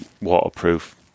waterproof